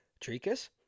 Tricus